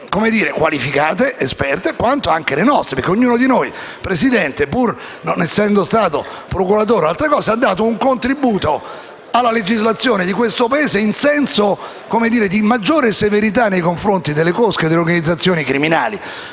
sono fonti qualificate ed esperte, quanto le nostre. Ognuno di noi, Presidente, pur non essendo stato procuratore o altro, ha dato un contributo alla legislazione del Paese, nel senso di una maggiore severità nei confronti delle cosche e delle organizzazioni criminali.